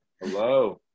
hello